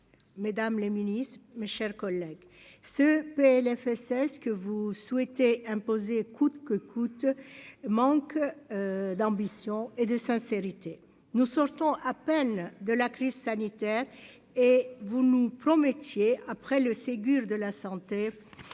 mesdames les ministres, mes chers collègues ce PLFSS que vous souhaitez imposer coûte que coûte, manque d'ambition et de sincérité, nous sortons à peine de la crise sanitaire et vous nous promettiez après le Ségur de la santé